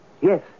Yes